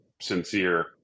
sincere